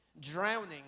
drowning